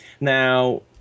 Now